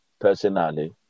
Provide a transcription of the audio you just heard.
personally